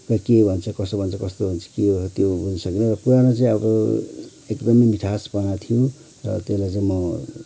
र के भन्छ कसो भन्छ कस्तो भन्छ के हो त्यो बुझ्न सकिन र पुरानो चाहिँ अब एकदमै मिठासपना थियो र त्यसलाई चाहिँ म